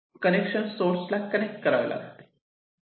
connection source ला connect करावे लागते